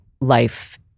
life